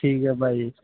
ਠੀਕ ਹੈ ਭਾਜੀ